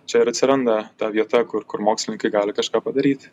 čia ir atsiranda ta vieta kur kur mokslininkai gali kažką padaryti